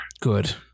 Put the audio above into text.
Good